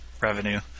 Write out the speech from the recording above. revenue